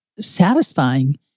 satisfying